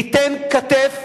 ניתן כתף